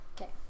Okay